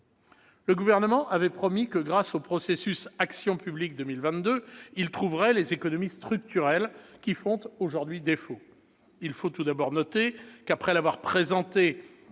Le Gouvernement avait promis que, grâce au processus Action publique 2022, il trouverait les économies structurelles faisant aujourd'hui défaut. Il faut tout d'abord noter que, après avoir présenté